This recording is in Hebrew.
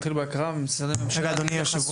כן, בבקשה.